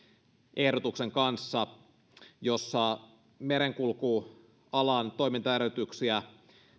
ehdotuksen kanssa jossa merenkulkualan toimintaedellytyksiä